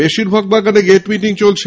বেশীরভাগ বাগানে gate meeting চলছে